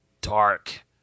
dark